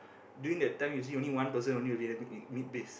during that time usually only one person only will be in the mid base